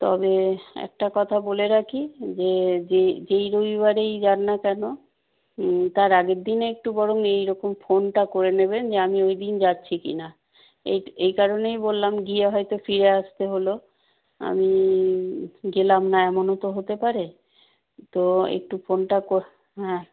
তবে একটা কথা বলে রাখি যে যে যেই রবিবারেই যান না কেন তার আগের দিন একটু বরং এই রকম ফোনটা করে নেবেন যে আমি ওই দিন যাচ্ছি কি না এই এই কারণেই বললাম গিয়ে হয়তো ফিরে আসতে হলো আমি গেলাম না এমনও তো হতে পারে তো একটু ফোনটা হ্যাঁ